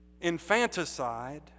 infanticide